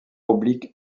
oblique